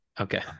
okay